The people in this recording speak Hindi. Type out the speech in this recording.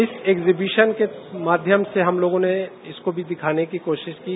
इस एग्जिविशन के माध्यम से हमलोगों ने इसको भी दिखाने की कोशिश की है